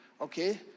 okay